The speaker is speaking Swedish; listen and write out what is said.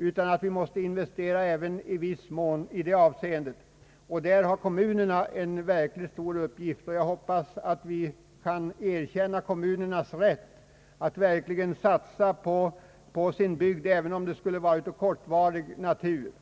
Vi måste i någon mån investera även i de mindre orterna. Här har kommunerna en verkligt stor uppgift. Jag hoppas att vi kan erkänna kommunernas rätt att verkligen satsa på sin bygd, även om det skulle vara en satsning av kortvarig natur.